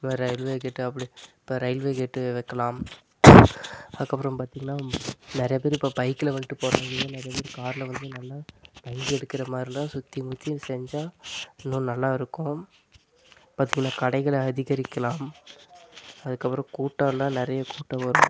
இந்த மாதிரி railway gate அப்படி இப்போ ரயில்வே கேட்டு வைக்கலாம் அதுக்கப்புறம் பார்த்திங்கனா நிறையா பேர் இப்போ பைக்கில் வன்துட்டு போகிறாங்க இல்லை நிறையா பேர் காரில் வந்து நல்லா தங்கி இருக்கிற மாதிரி இருந்தால் சுற்றி முற்றியும் செஞ்சால் இன்னும் நல்லாயிருக்கும் பார்த்திங்கனா கடைகளை அதிகரிக்கலாம் அதுக்கப்புறம் கூட்டந்தான் நிறையா கூட்டம் வரும்